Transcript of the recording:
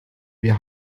wer